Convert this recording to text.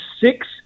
six